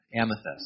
amethyst